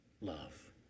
love